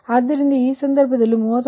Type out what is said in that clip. ಆದ್ದರಿಂದ ಈ ಸಂದರ್ಭದಲ್ಲಿ 39